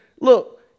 Look